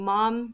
Mom